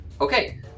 Okay